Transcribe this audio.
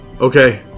Okay